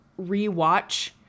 rewatch